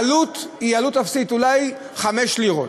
העלות היא עלות אפסית, אולי חמש לירות,